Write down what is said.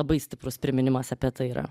labai stiprus priminimas apie tai yra